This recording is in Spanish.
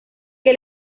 que